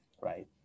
right